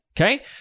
okay